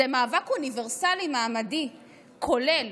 זה מאבק אוניברסלי מעמדי כולל.